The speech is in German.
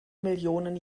millionen